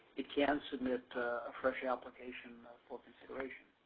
it can submit a fresh application for consideration.